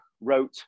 wrote